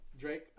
Drake